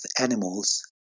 animals